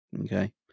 Okay